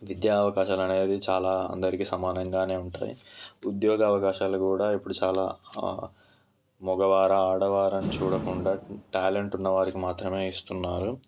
విద్యా అవకాశాలు అనేది చాలా అందరికి సమానంగా ఉంటాయి ఉద్యోగ అవకాశాలు కూడా ఇప్పుడు చాలా మగవారు ఆడవారు అని చూడకుండా టాలెంట్ ఉన్న వారికి మాత్రమే ఇస్తున్నారు